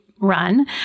run